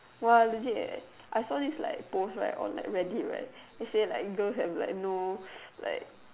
!wah! legit eh I saw this like post right on Reddit right they say like girls have like no like